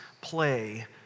play